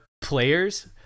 players